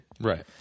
Right